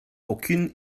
aucune